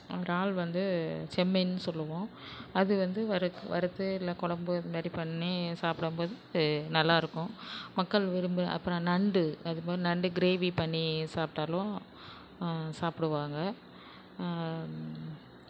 இறால் வந்து செம்மீனுன்னு சொல்லுவோம் அது வந்து வறு வறுத்து இல்லை குழம்பு இதுமாதிரி பண்ணி சாப்பிடும்போது நல்லாயிருக்கும் மக்கள் விரும்பு அப்புறம் நண்டு அதுமாதிரி நண்டு கிரேவி பண்ணி சாப்பிட்டாலும் சாப்பிடுவாங்க